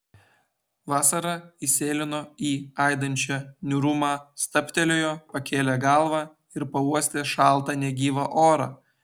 vasara įsėlino į aidinčią niūrumą stabtelėjo pakėlė galvą ir pauostė šaltą negyvą orą